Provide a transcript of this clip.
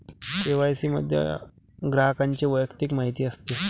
KYC मध्ये ग्राहकाची वैयक्तिक माहिती असते